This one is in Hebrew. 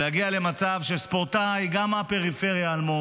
שנגיע למצב שספורטאי, גם מהפריפריה אלמוג,